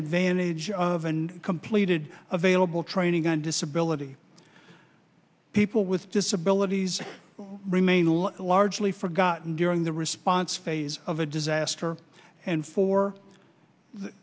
advantage of and completed available training on disability people with disabilities remain largely forgotten during the response phase of a disaster and for the